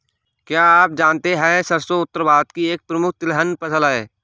क्या आप जानते है सरसों उत्तर भारत की एक प्रमुख तिलहन फसल है?